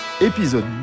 Épisode